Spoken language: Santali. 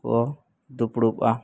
ᱠᱚ ᱫᱩᱯᱲᱩᱵᱼᱟ